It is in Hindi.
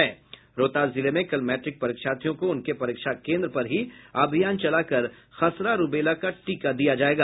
रोहतास जिले में कल मैट्रिक परीक्षार्थियों को उनके परीक्षा केन्द्र पर ही अभियान चलाकर खसरा रूबेला का टीका दिया जायेगा